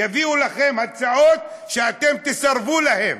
יביאו לכם הצעות שאתם תסרבו להן.